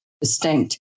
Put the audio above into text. distinct